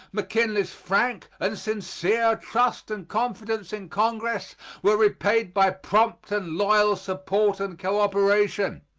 mckinley's frank and sincere trust and confidence in congress were repaid by prompt and loyal support and cooperation.